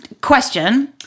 question